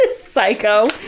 Psycho